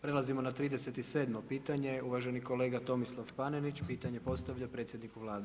Prelazimo na 37 pitanje, uvaženi kolega Tomislav Panenić, pitanje postavlja predsjedniku Vlade.